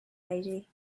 lady